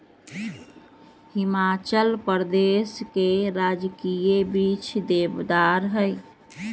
हिमाचल प्रदेश के राजकीय वृक्ष देवदार हई